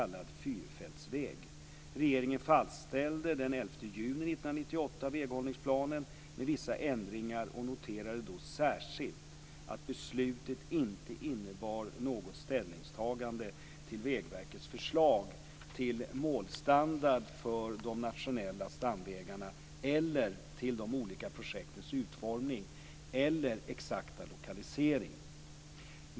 1998 väghållningsplanen med vissa ändringar och noterade då särskilt att beslutet inte innebar något ställningstagande till Vägverkets förslag till målstandard för de nationella stamvägarna eller till de olika projektens utformning eller exakta lokalisering.